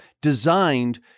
designed